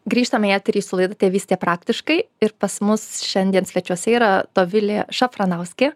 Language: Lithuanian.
grįžtam į eterį su laida tėvystė praktiškai ir pas mus šiandien svečiuose yra dovilė šafranauskė